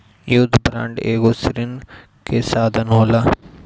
युद्ध बांड एगो ऋण कअ साधन होला